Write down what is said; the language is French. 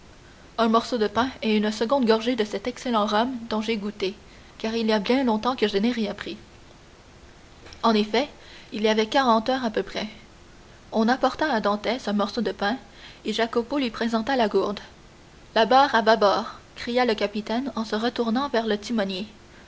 un morceau de pain et une seconde gorgée de cet excellent rhum dont j'ai déjà goûté car il y a bien longtemps que je n'ai rien pris en effet il y avait quarante heures à peu près on apporta à dantès un morceau de pain et jacopo lui présenta la gourde la barre à bâbord cria le capitaine en se retournant vers le timonier